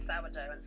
sourdough